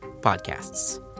podcasts